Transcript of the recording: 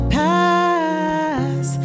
pass